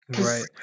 right